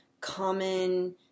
common